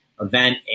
Event